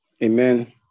Amen